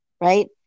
right